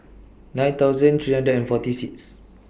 nine thousand three hundred and forty six